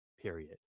period